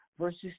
verses